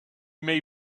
may